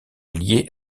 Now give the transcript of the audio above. liées